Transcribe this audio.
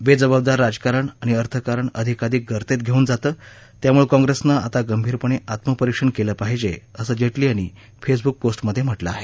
बेजबाबदार राजकारण आणि अर्थकारण आधिकाधिक गर्तेत घेऊन जातं त्यामुळे कॉंप्रेसनं आता गंभीरपणे आत्मपरीक्षण केलं पाहिजे असं जेटली यांनी फेसबूक पोस्टमधे म्हटलं आहे